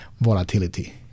volatility